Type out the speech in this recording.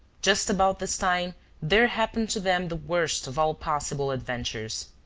just about this time there happened to them the worst of all possible adventures.